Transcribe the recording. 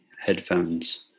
headphones